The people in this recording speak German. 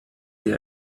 der